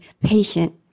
patient